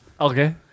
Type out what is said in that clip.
Okay